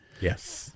Yes